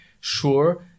sure